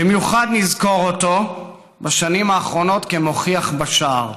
במיוחד נזכור אותו בשנים האחרונות כמוכיח בשער.